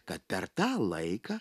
kad per tą laiką